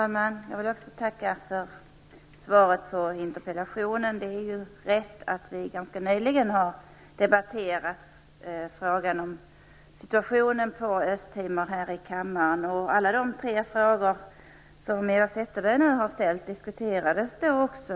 Herr talman! Jag vill också tacka för svaret på interpellationen. Det är riktigt att vi här i kammaren ganska nyligen har debatterat frågan om situationen på Östtimor, och alla de tre frågor som Eva Zetterberg nu har ställt diskuterades då också.